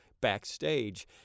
backstage